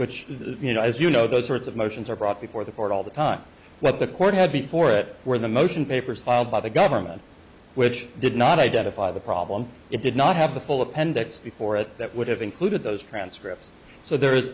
which you know as you know those sorts of motions are brought before the court all the time what the court had before it where the motion papers filed by the government which did not identify the problem it did not have the full appendix before it that would have included those transcripts so there is